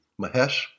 Mahesh